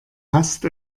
hasst